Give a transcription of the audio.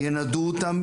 ינדו אותם,